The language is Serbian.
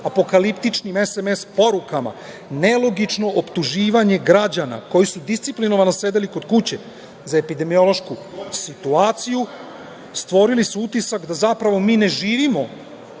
apokaliptičnim sms porukama, nelogično optuživanje građana koji su disciplinovano sedeli kod kuće za epidemiološku situaciju, stvorili su utisak da zapravo mi ne živimo